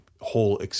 whole